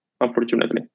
unfortunately